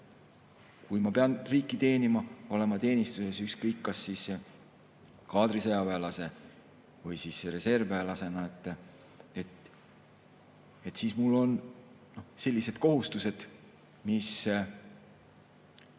kui ma pean riiki teenima, olema teenistuses ükskõik kas kaadrisõjaväelase või reservväelasena, siis mul on sellised kohustused, mis